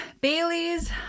Bailey's